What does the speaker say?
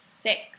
six